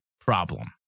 problem